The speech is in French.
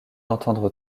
entendre